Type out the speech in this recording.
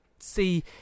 see